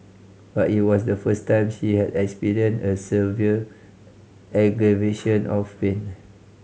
but it was the first time she had experienced a severe aggravation of pain